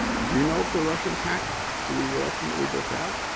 ah do you know if the russians hacked the the election that we just had?